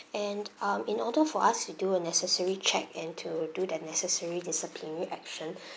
and um in order for us to do a necessary check and to do the necessary disciplinary action